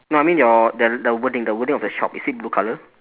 no I mean your the the wording the wording of the shop is it blue colour